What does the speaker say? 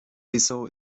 bissau